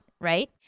right